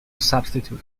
substitute